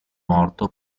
morto